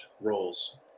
roles